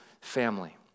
family